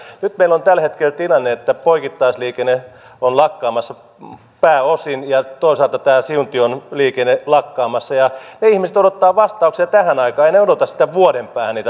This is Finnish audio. nyt meillä on tällä hetkellä tilanne että poikittaisliikenne on lakkaamassa pääosin ja toisaalta tämä siuntion liikenne lakkaamassa ja ne ihmiset odottavat vastauksia tähän aikaan eivät he odota vuoden päähän niitä vastauksia